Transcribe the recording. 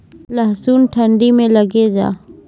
लहसुन ठंडी मे लगे जा?